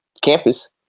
campus